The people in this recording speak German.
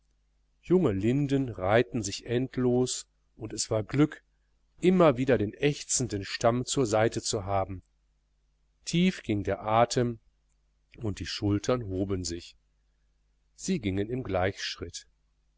junge linden reihten sich endlos und es war glück immer wieder den ächzenden stamm zur seite zu haben tief ging der atem und die schultern hoben sich sie gingen im gleichschritt